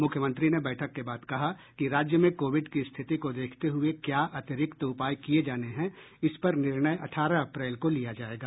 मुख्यमंत्री ने बैठक के बाद कहा कि राज्य में कोविड की स्थिति को देखते हुए क्या अतिरिक्त उपाय किये जाने हैं इसपर निर्णय अठारह अप्रैल को लिया जायेगा